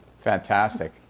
Fantastic